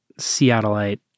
Seattleite